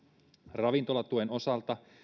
ravintolatuen osalta